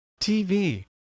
TV